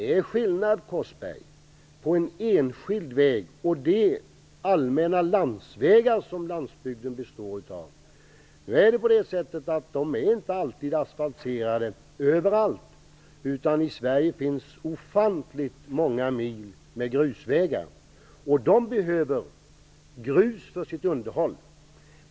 Det är skillnad, Ronny Korsberg, på en enskild väg och de allmänna landsvägar som landsbygden består av. Dessa är inte alltid asfalterade överallt, utan det finns i Sverige ofantligt många mil grusvägar. Det behövs grus till deras underhåll.